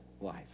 life